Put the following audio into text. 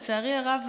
לצערי הרב,